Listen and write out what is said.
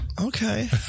Okay